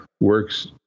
works